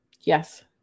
yes